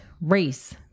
race